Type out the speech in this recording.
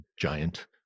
giant